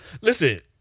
Listen